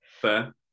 Fair